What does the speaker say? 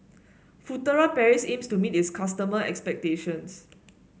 Furtere Paris aims to meet its customers' expectations